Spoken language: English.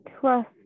trust